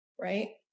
right